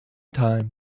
time